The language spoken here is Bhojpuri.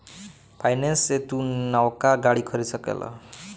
फाइनेंस से तू नवका गाड़ी खरीद सकेल